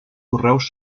correus